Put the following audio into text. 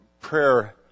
prayer